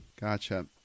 Gotcha